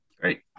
great